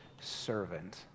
servant